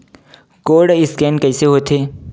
Code scan कइसे होथे?